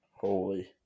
Holy